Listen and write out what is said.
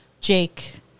Jake